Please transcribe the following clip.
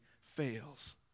fails